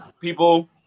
people